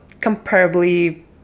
comparably